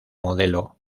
modelo